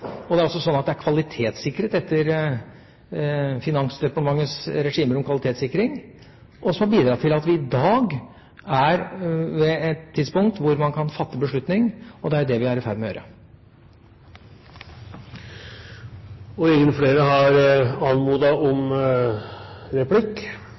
Og det er også kvalitetssikret etter Finansdepartementets regimer om kvalitetssikring, noe som har bidratt til at vi i dag er ved et tidspunkt hvor man kan fatte beslutning, og det er det vi er i ferd med å gjøre. Replikkordskiftet er omme. De talere som heretter får ordet, har